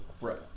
Right